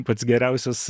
pats geriausias